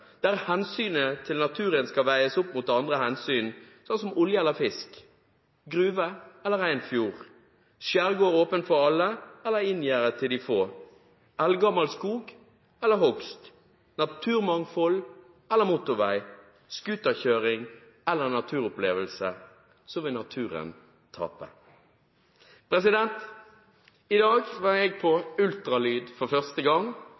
der hensynet til naturen skal veies opp mot andre hensyn – sånn som olje eller fisk, gruve eller rein fjord, skjærgård åpen for alle eller inngjerdet for de få, eldgammel skog eller hogst, naturmangfold eller motorvei, skuterkjøring eller naturopplevelse – vil la naturen tape. I dag var jeg på ultralyd for første gang,